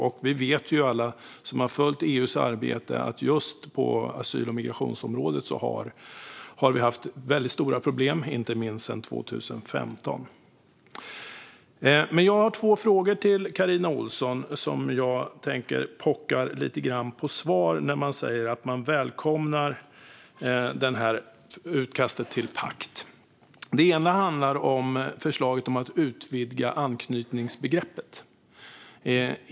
Alla vi som har följt EU:s arbete vet att vi just på asyl och migrationsområdet har haft väldigt stora problem, inte minst sedan 2015. Jag har två frågor till Carina Ohlsson som pockar lite grann på svar när man säger att man välkomnar utkastet till pakt. Den ena handlar om förslaget om att utvidga anknytningsbegreppet.